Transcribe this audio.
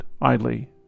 idly